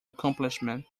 accomplishment